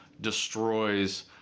destroys